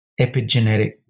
epigenetic